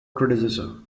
criticism